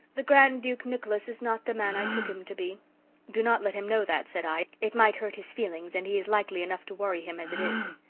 the grand duke nicholas is not the man i took him to be do not let him know that said i. it might hurt his feelings and he has likely enough to worry him as it is.